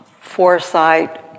foresight